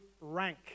rank